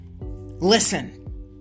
listen